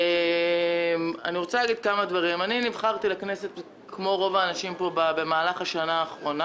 אני נבחרתי לכנסת במהלך השנה האחרונה,